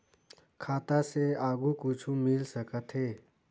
खाता से आगे कुछु मिल सकथे?